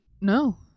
no